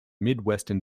midwestern